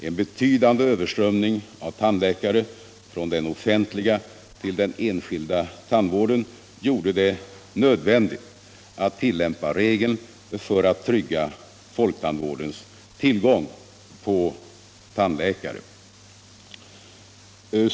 En betydande överströmning av tandläkare från den offentliga till den enskilda tandvården gjorde det nödvändigt att tillämpa regeln för att trygga folktandvårdens tillgång på tandläkare.